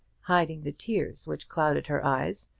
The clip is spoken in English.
hiding the tears which clouded her eyes,